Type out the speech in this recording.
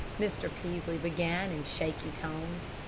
mr. peaslee began, in shaky tones,